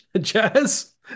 Jazz